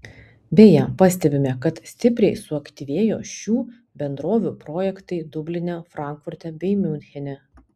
beje pastebime kad stipriai suaktyvėjo šių bendrovių projektai dubline frankfurte bei miunchene